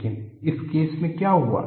लेकिन इस केस में क्या हुआ